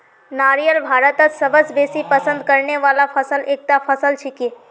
नारियल भारतत सबस बेसी पसंद करने वाला फलत एकता फल छिके